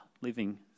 living